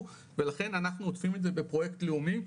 ולכן אנחנו עושים את זה בפרויקט לאומי.